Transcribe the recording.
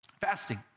Fasting